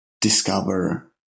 discover